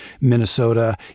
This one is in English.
Minnesota